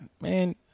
Man